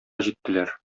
җиттеләр